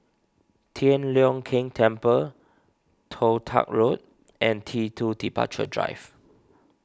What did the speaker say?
Tian Leong Keng Temple Toh Tuck Road and T two Departure Drive